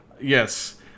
Yes